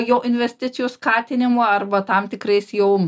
jau investicijų skatinimu arba tam tikrais jau